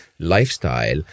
lifestyle